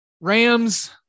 Rams